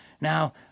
Now